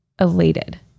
elated